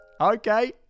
Okay